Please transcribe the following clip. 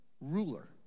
ruler